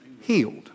healed